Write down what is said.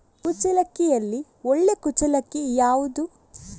ಕುಚ್ಚಲಕ್ಕಿಯಲ್ಲಿ ಒಳ್ಳೆ ಕುಚ್ಚಲಕ್ಕಿ ಯಾವುದು?